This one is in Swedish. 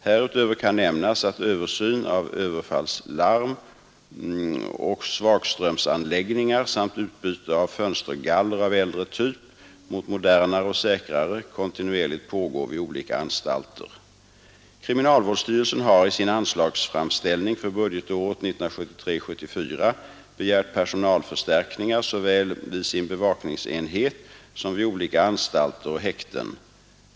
Härutöver kan nämnas att översyn av överfallslarm och svagströmsanläggningar samt utbyte av fönstergaller av äldre typ mot modernare och säkrare kontinuerligt pågår vid olika anstalter. Kriminalvårdsstyrelsen har i sin anslagsframställning för budgetåret 1973/74 begärt personalförstärkningar såväl vid sin bevakningsverksamhet som vid olika anstalter och häkten.